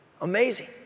Amazing